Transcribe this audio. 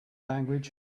language